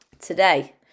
today